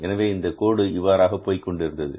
எனவே இந்த கோடு இவ்வாறாக போய்க்கொண்டிருந்தது